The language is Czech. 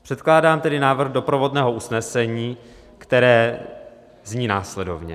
Předkládám tedy návrh doprovodného usnesení, které zní následovně: